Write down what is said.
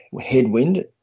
headwind